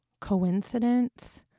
coincidence